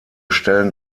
stellen